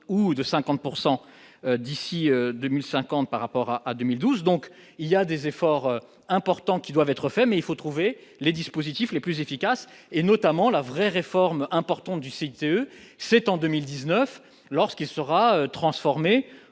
pourcent d'ici 2050 par rapport à 2012, donc il y a des efforts importants qui doivent être faits, mais il faut trouver les dispositifs les plus efficaces, et notamment la vraie réforme importante du CICE c'est en 2019 lorsqu'il sera transformé